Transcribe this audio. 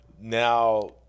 now –